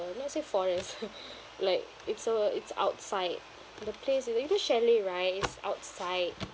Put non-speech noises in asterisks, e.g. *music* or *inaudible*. let's say forest *laughs* like it's uh it's outside the place and then that chalet right is outside